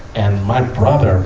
and my brother,